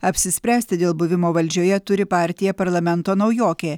apsispręsti dėl buvimo valdžioje turi partija parlamento naujokė